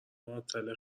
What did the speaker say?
معطل